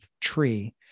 tree